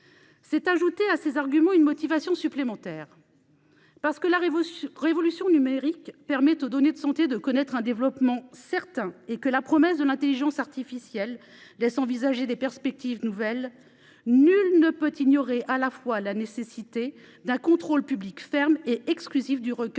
s'est superposée une motivation supplémentaire. Parce que la révolution numérique permet aux données de santé de connaître un développement certain, et parce que l'intelligence artificielle laisse envisager des perspectives nouvelles, nul ne peut ignorer la nécessité d'un contrôle public ferme et exclusif du recueil